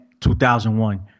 2001